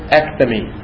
ectomy